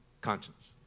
conscience